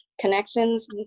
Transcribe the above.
Connections